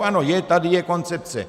Ano, je, tady je koncepce.